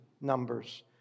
numbers